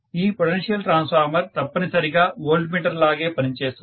ఈ potential transformer తప్పనిసరిగా voltmeter లాగే పని చేస్తుంది